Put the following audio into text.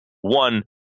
one